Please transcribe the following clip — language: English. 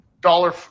dollar